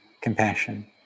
compassion